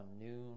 noon